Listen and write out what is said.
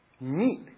meat